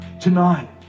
Tonight